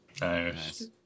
Nice